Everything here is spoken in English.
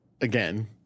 again